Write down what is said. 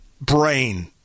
brain